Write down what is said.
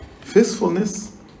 Faithfulness